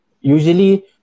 usually